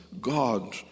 God